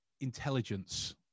intelligence